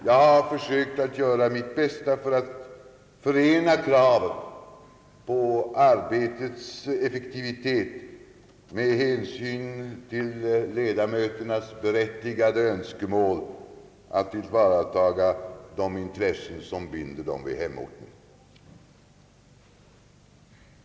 Jag har försökt att göra mitt bästa för att förena kravet på arbetets effektivitet med hänsynen till ledamöternas berättigade önskemål att tillvarataga de intressen som binder dem vid hemorten.